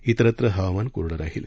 त्तिरत्र हवामान कोरडं राहिल